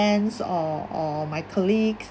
friends or or my colleagues